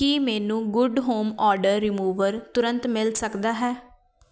ਕੀ ਮੈਨੂੰ good home odour remover ਤੁਰੰਤ ਮਿਲ ਸਕਦਾ ਹੈ